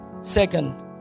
second